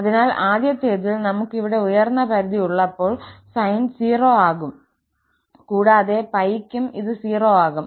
അതിനാൽ ആദ്യത്തേതിൽ നമുക് ഇവിടെ ഉയർന്ന പരിധി ഉള്ളപ്പോൾ സൈൻ 0 ആകും കൂടാതെ 𝜋 ക്കും ഇത് 0 ആകും